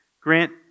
Grant